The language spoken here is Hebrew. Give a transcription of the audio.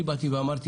אני אמרתי